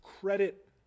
credit